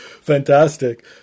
fantastic